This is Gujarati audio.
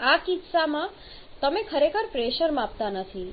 આ બધા કિસ્સાઓમાં તમે ખરેખર પ્રેશર માપતા નથી